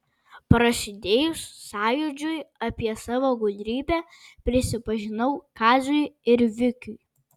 prasidėjus sąjūdžiui apie savo gudrybę prisipažinau kaziui ir vikiui